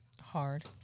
hard